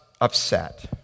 upset